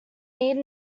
need